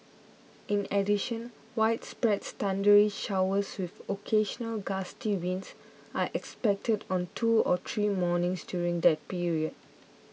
in addition widespread thundery showers with occasional gusty winds are expected on two or three mornings during that period